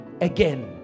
again